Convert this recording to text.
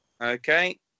Okay